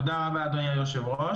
תודה רבה אדוני היושב-ראש,